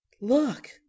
Look